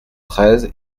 treize